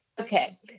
Okay